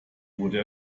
wurde